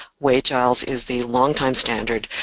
wade-giles is the longtime standard,